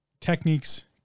techniques